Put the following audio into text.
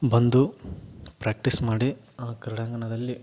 ಬಂದು ಪ್ರ್ಯಾಕ್ಟೀಸ್ ಮಾಡಿ ಆ ಕ್ರೀಡಾಂಗಣದಲ್ಲಿ